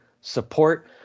support